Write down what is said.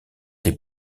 des